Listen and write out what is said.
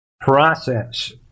process